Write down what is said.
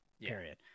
period